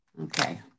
Okay